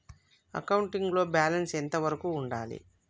Accounting లో balance ఎంత వరకు ఉండాలి?